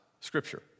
Scripture